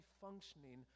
functioning